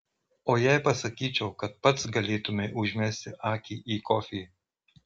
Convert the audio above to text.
o jei pasakyčiau kad pats galėtumei užmesti akį į kofį